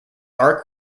are